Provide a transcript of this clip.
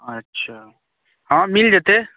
अच्छा हँ मिल जेतै